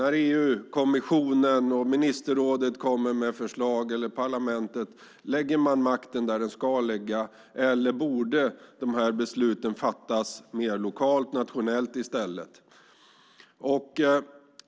När EU-kommissionen, ministerrådet eller parlamentet kommer med förslag, lägger man då makten där den ska ligga, eller borde besluten fattas lokalt eller nationellt i stället?